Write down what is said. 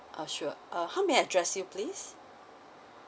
ah sure uh how may I address you please